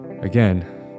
Again